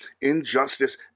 injustice